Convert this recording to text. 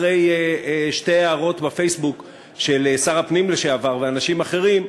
אחרי שתי הערות בפייסבוק של שר הפנים לשעבר ואנשים אחרים,